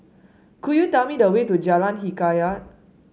could you tell me the way to Jalan Hikayat